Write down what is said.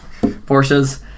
Porsches